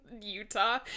Utah